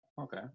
Okay